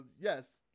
yes